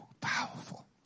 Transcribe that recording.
powerful